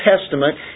Testament